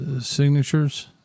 signatures